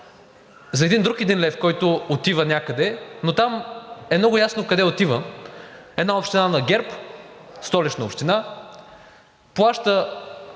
за един друг 1 лв., който отива някъде, но там е много ясно къде отива. Една община на ГЕРБ – Столична община, плаща